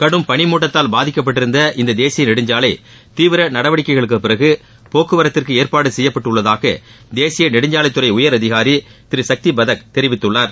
கடும் பனி மூட்டத்தால் பாதிக்கப்பட்டிருந்த இந்த தேசிய நெடுஞ்சாலை தீவிர நடவடிக்கைகளுக்கு பிறகு போக்குவரத்திற்கு ஏற்பாடு செய்யப்பட்டு உள்ளதாக தேசிய நெடுஞ்சாலைத்துறை உயரதிகாரி சக்திபதக் தெரிவித்துள்ளார்